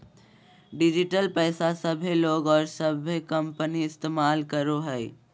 digital पैसा सभे लोग और सभे कंपनी इस्तमाल करो हइ